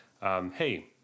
hey